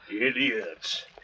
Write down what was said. Idiots